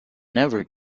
never